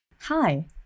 Hi